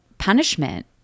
punishment